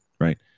right